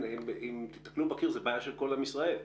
אם תיתקלו בקיר זה בעיה של כל עם ישראל,